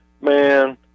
Man